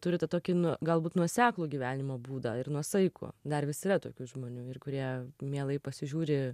turi tą tokį nu galbūt nuoseklų gyvenimo būdą ir nuosaikų dar vis yra tokių žmonių ir kurie mielai pasižiūri